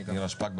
נירה שפק,